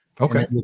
Okay